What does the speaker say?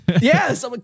Yes